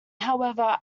however